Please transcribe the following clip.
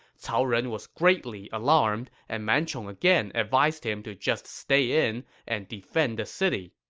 cao ren was greatly alarmed, and man chong again advised him to just stay in and defend the city.